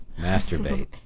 masturbate